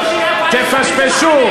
אחרת, אתם לא מסוגלים.